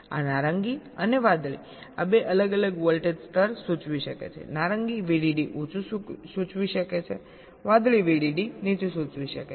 આ નારંગી અને વાદળી આ બે અલગ અલગ વોલ્ટેજ સ્તર સૂચવી શકે છેનારંગી VDD ઉંચું સૂચવી શકે છે વાદળી VDD નીચું સૂચવી શકે છે